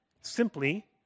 simply